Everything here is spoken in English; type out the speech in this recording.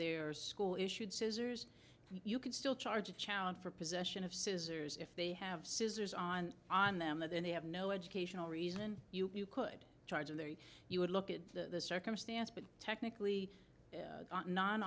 their school issued scissors you can still charge a challenge for possession of scissors if they have scissors on on them then they have no educational reason you could charge of there you would look at the circumstance but technically